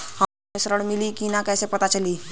हमके ऋण मिली कि ना कैसे पता चली?